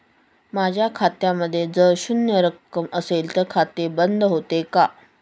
माझ्या खात्यामध्ये जर शून्य रक्कम असेल तर खाते बंद होते का?